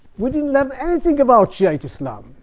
we didn't learn anything about shiite islam.